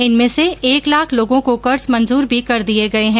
इनमें से एक लाख लोगों को कर्ज मंजूर भी कर दिए गए हैं